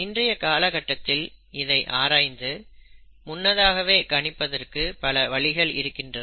இன்றைய காலகட்டத்தில் இதை ஆராய்ந்து முன்னதாகவே கணிப்பதற்கு பல வழிகள் இருக்கின்றன